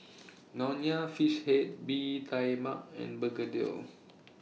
Nonya Fish Head Bee Tai Mak and Begedil